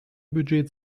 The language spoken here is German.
budget